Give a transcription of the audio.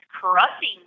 corrupting